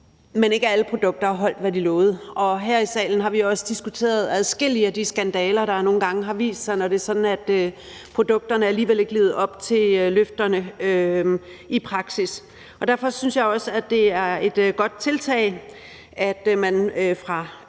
men ikke alle produkter har holdt, hvad de lovede. Her i salen har vi også diskuteret adskillige af de skandaler, der nogle gange har vist sig, når det er sådan, at produkterne alligevel ikke levede op til løfterne i praksis. Derfor synes jeg også, at det er et godt tiltag, at man fra